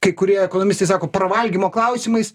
kai kurie ekonomistai sako pravalgymo klausimais